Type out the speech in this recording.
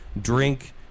drink